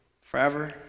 forever